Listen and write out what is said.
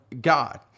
God